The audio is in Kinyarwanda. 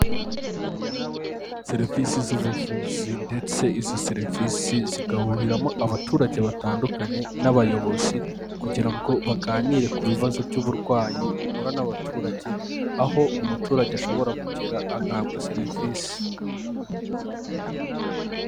Serivisi z'ubuvuzi ndetse izo serivisi zigahuriramo abaturage batandukanye n'abayobozi kugira ngo baganire ku bibazo by'uburwayi buhura n'abaturage aho umuturage ashobora kugera agahabwa serivisi.